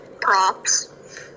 props